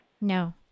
No